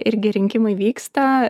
irgi rinkimai vyksta